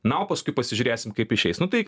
na o paskui pasižiūrėsim kaip išeis nu tai